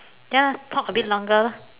ya lah talk a bit longer lah